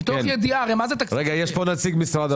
יש פה נציג של משרד הפנים,